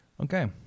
Okay